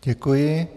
Děkuji.